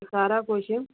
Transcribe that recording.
ਸਾਰਾ ਕੁਛ